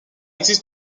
existe